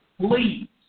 please